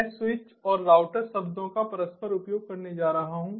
मैं स्विच और राउटर शब्दों का परस्पर उपयोग करने जा रहा हूं